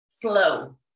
flow